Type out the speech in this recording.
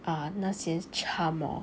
ah 那些 charm orh